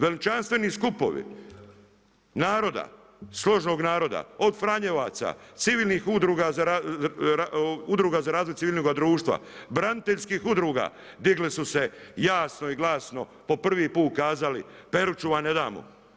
Veličanstveni skupovi naroda, složnog naroda, od franjevaca, civilnih udruga za razvoj civilnoga društva, braniteljskih udruga digli su se jasno i glasno po prvi put kazali Peruću vam ne damo.